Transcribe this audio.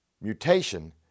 Mutation